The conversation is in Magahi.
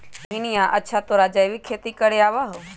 रोहिणीया, अच्छा तोरा जैविक खेती करे आवा हाउ?